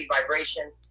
vibration